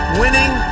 winning